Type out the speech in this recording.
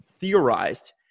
theorized